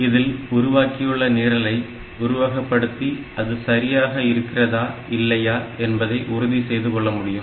இதில் உருவாக்கியுள்ள நிரலை உருவகப்படுத்தி அது சரியாக இயங்குகிறதா இல்லையா என்பதை உறுதி செய்து கொள்ளமுடியும்